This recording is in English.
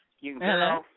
Hello